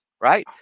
Right